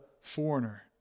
foreigner